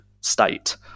state